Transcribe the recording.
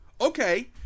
okay